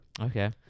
Okay